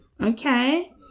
Okay